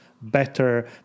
better